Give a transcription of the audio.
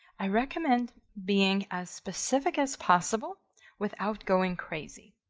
i recommend being as specific as possible without going crazy.